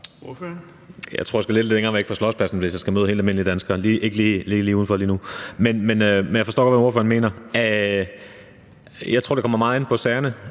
Jeg tror, jeg skal lidt længere væk fra Slotspladsen, hvis jeg skal møde helt almindelige danskere – ikke lige udenfor lige nu! Men jeg forstår godt, hvad ordføreren mener. Jeg tror, det kommer meget an på sagerne.